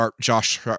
Josh